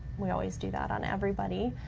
we always do that on everybody.